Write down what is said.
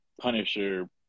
Punisher